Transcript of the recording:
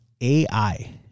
AI